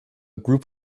group